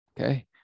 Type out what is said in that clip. okay